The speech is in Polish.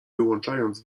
wyłączając